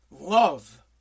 love